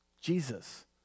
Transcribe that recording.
Jesus